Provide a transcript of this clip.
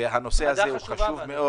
ועדה חשובה.